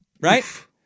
right